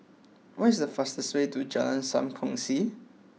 what is the fastest way to Jalan Sam Kongsi